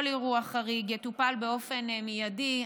כל אירוע חריג יטופל באופן מיידי.